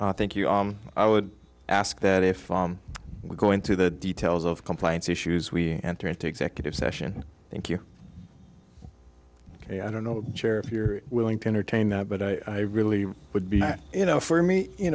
me thank you i would ask that if we go into the details of compliance issues we enter into executive session thank you ok i don't know chair if you're willing to entertain that but i really would be you know for me you